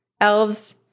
Elves